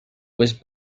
was